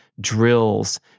drills